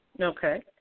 Okay